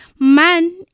Man